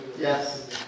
Yes